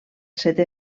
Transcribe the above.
setè